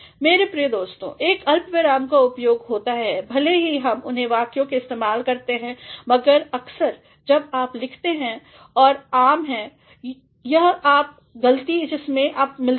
मेरे प्रिय दोस्तों एक अल्पविराम का उपयोग होता है भले ही हम उन्हें वाक्यों के इस्तेमाल करते हैं मगर अक्सर जब आप लिखते हैं और आम है यह आप गलती जिससे हम मिलते हैं